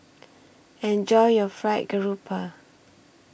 Enjoy your Fried Grouper